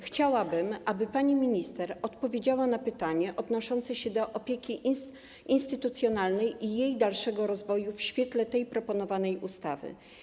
Chciałabym, aby pani minister odpowiedziała na pytanie dotyczące opieki instytucjonalnej i jej dalszego rozwoju w świetle proponowanej ustawy.